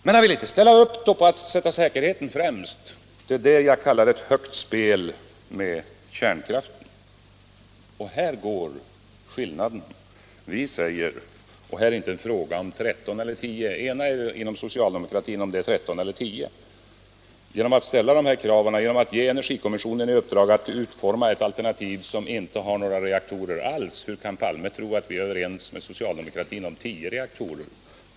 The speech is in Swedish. Men han vill inte ställa upp på att sätta säkerheten främst. Det är detta jag kallar ett högt spel med kärnkraften. Och här går skillnaden. Det är inte fråga om 13 eller 10 kärnkraftverk — ena er inom socialdemokratin huruvida det är 13 eller 10 kärnkraftverk ni vill ha! När vi ställer de här kraven och ger energikommissionen i uppdrag att utforma ett alternativ som inte har några reaktorer alls, hur kan herr Palme då tro att vi är överens med socialdemokratin om 10 reaktorer?